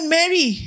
Mary